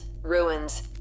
ruins